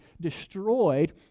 destroyed